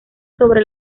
sobre